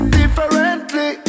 differently